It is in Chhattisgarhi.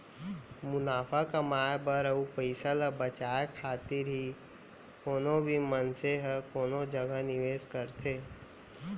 मुनाफा कमाए बर अउ पइसा ल बचाए खातिर ही कोनो भी मनसे ह कोनो जगा निवेस करथे